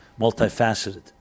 multifaceted